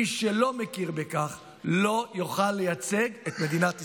מי שלא מכיר בכך לא יוכל לייצג את מדינת ישראל.